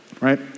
right